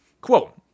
Quote